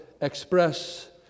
express